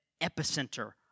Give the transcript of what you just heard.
epicenter